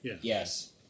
Yes